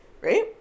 right